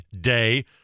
day